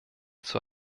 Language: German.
zur